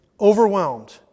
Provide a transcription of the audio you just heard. overwhelmed